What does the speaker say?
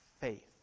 faith